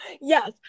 yes